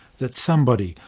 that somebody,